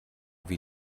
wie